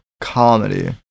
comedy